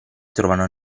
trovano